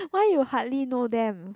why you hardly know them